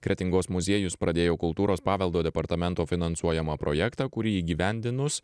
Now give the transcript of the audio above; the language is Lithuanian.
kretingos muziejus pradėjo kultūros paveldo departamento finansuojamą projektą kurį įgyvendinus